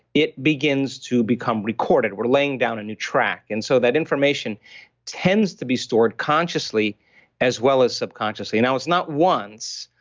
it begins to become recorded. we're laying down a new track. and so that information tends to be stored consciously as well as subconsciously. now it's not once.